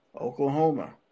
Oklahoma